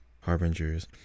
harbingers